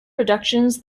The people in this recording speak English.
productions